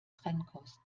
trennkost